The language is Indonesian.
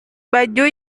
baju